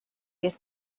get